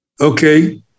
okay